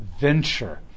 venture